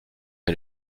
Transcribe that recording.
est